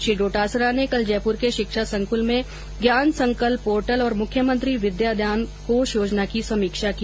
श्री डोटासरा ने कल जयपुर के शिक्षा संकुल में ज्ञान संकल्प पोर्टल और मुख्यमंत्री विद्यादान कोष योजना की समीक्षा की